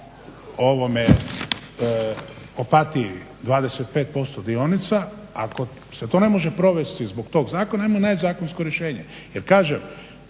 ovome Opatiji 25% dionica, ako se to ne može provesti zbog tog zakona ajmo naći zakonsko rješenje.